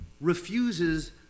refuses